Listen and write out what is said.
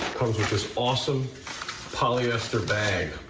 comes with this awesome polyester bag